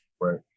right